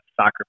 soccer